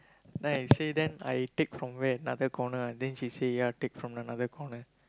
then I say then I take from where another corner ah then she said yeah take from another corner